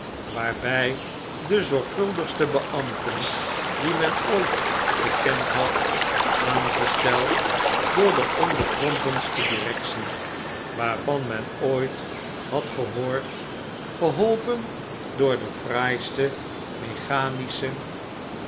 waarbij de zorgvuldigste beambten die men ooit gekend had aangesteld door de onbekrompenste directie waarvan men ooit had gehoord geholpen door de fraaiste mechanische